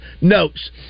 notes